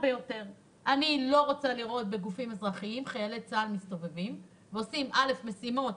אני לא רוצה לראות חיילי צה"ל מסתובבים בגופים אזרחיים ועושים משימות,